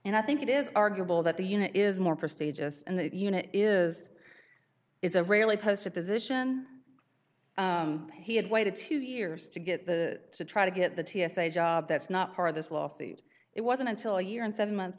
and i think it is arguable that the unit is more prestigious and that unit is it's a rarely post at position he had waited two years to get to try to get the t s a job that's not part of this lawsuit it wasn't until a year and seven months